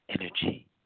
energy